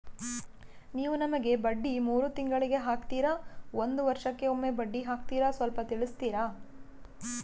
ನೀವು ನಮಗೆ ಬಡ್ಡಿ ಮೂರು ತಿಂಗಳಿಗೆ ಹಾಕ್ತಿರಾ, ಒಂದ್ ವರ್ಷಕ್ಕೆ ಒಮ್ಮೆ ಬಡ್ಡಿ ಹಾಕ್ತಿರಾ ಸ್ವಲ್ಪ ತಿಳಿಸ್ತೀರ?